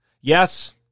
Yes